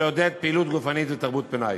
ולעודד פעילות גופנית ותרבות פנאי.